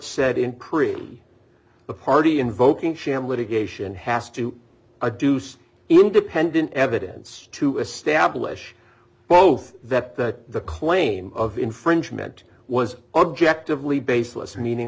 said in cream the party invoking sham litigation has to a deuce independent evidence to establish both that that the claim of infringement was objectively baseless meaning